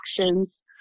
actions